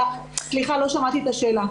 סליחה, לא שמעתי את השאלה.